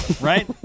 right